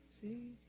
see